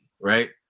right